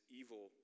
evil